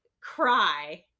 cry